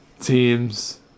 teams